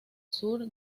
sur